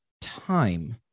time